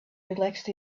relaxed